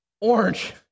orange